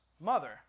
mother